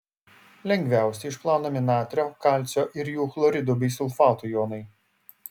lengviausiai išplaunami natrio kalcio ir jų chloridų bei sulfatų jonai